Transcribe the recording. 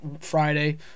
Friday